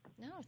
no